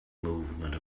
movement